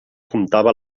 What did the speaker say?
comptava